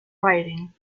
rioting